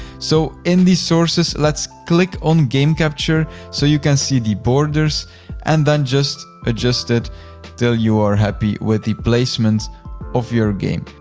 so in the sources, let's click on game capture so you can see the borders and then just adjust it til you are happy with the placement of your game.